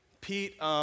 Pete